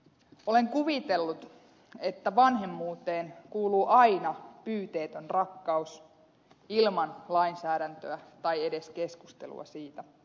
olen kuvitellut että vanhemmuuteen kuuluu aina pyyteetön rakkaus ilman lainsäädäntöä tai edes keskustelua siitä